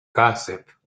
gossip